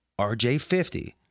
RJ50